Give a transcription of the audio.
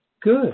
Good